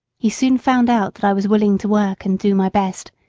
he soon found out that i was willing to work and do my best,